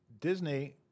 Disney